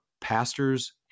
pastors